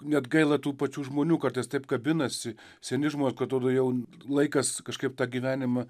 net gaila tų pačių žmonių kartais taip kabinasi seni žmonės kad atrodo jau laikas kažkaip tą gyvenimą